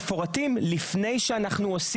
אני לא מספר לכם כל מה שאני עושה,